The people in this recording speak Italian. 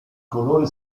colori